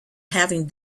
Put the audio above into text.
having